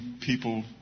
people